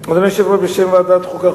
בשם ועדת החוקה,